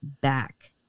back